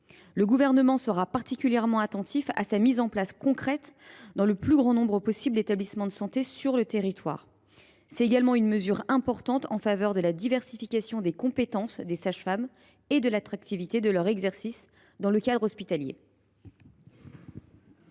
Le Gouvernement sera particulièrement attentif à sa mise en place concrète dans le plus grand nombre possible d’établissements de santé sur le territoire. C’est également une mesure importante en faveur de la diversification des compétences des sages femmes et de l’attractivité de leur métier dans le cadre hospitalier.